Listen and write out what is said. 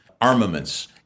armaments